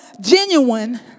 genuine